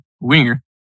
winger